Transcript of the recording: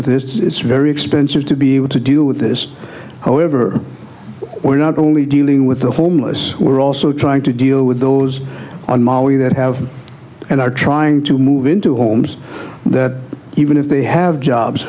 with this it's very expensive to be able to deal with this however we're not only dealing with the homeless we're also trying to deal with those that have and are trying to move into homes that even if they have jobs